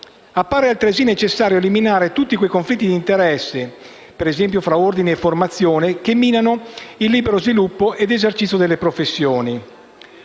Appare altresì necessario eliminare tutti quei conflitti d'interesse (ad esempio, tra ordini e formazione) che minano il libero sviluppo ed esercizio delle professioni.